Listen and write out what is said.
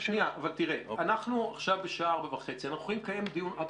אנחנו עכשיו בשעה 16:30. אנחנו יכולים לקיים דיון עד